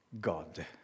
God